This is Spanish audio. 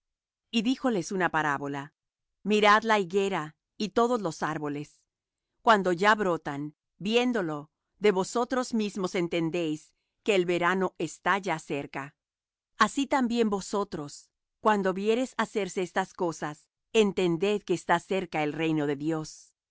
y díjoles una parábola mirad la higuera y todos los árboles cuando ya brotan viéndolo de vosotros mismos entendéis que el verano está ya cerca así también vosotros cuando viereis hacerse estas cosas entended que está cerca el reino de dios